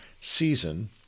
season